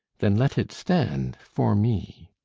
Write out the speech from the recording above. then let it stand for me.